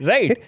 Right